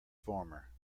former